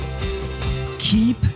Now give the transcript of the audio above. keep